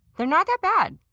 they're not that bad!